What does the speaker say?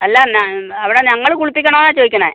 അല്ല അവിടെ ഞങ്ങൾ കുളിപ്പിക്കണോ എന്നാണ് ചോദിക്കുന്നത്